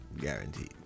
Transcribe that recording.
guaranteed